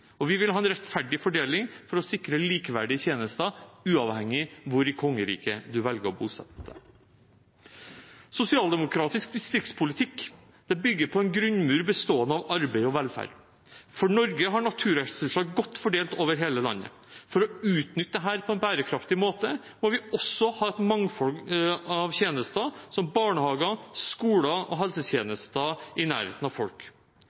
økonomi. Vi vil ha en rettferdig fordeling for å sikre likeverdige tjenester, uavhengig av hvor i kongeriket man velger å bosette seg. Sosialdemokratisk distriktspolitikk bygger på en grunnmur bestående av arbeid og velferd. Norge har naturressurser godt fordelt over hele landet. For å utnytte dette på en bærekraftig måte må vi også ha et mangfold av tjenester, som barnehager, skoler og helsetjenester i nærheten av folk.